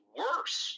worse